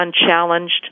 unchallenged